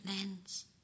lens